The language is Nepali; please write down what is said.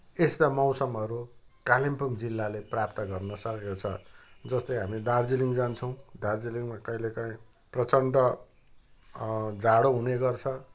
यस्ता मौसमहरू कालिम्पोङ जिल्लाले प्राप्त गर्नसकेको छ जस्तै हामी दार्जिलिङ जान्छौँ दार्जिलिङमा कहिलेकाहीँ प्रचन्ड जाडो हुनेगर्छ